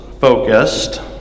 focused